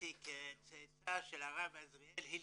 באתי כצאצא של הרב עזריאל הילדסהיימר,